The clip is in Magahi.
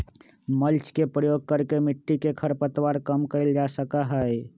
मल्च के प्रयोग करके मिट्टी में खर पतवार कम कइल जा सका हई